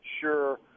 sure